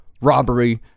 robbery